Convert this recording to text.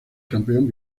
campeón